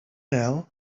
know